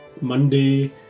Monday